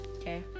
Okay